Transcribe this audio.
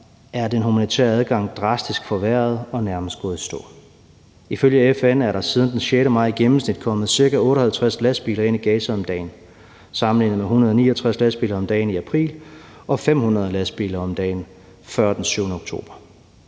er den humanitære adgang drastisk forværret og nærmest gået i stå. Ifølge FN er der siden den 6. maj i gennemsnit kommet ca. 58 lastbiler ind i Gaza om dagen sammenlignet med 169 lastbiler om dagen i april og 500 lastbiler om dagen før den 7. oktober.